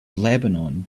lebanon